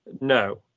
No